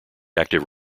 active